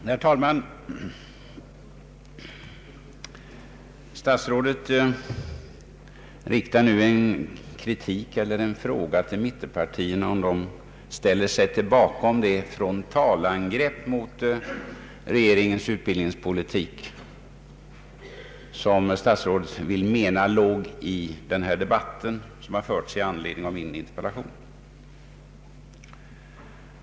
Herr talman! Statsrådet riktar nu en fråga till mittenpartierna, om de ställer sig bakom det frontalangrepp mot regeringens utbildningspolitik som statsrådet vill mena låg i den debatt som förts i anledning av min interpellation.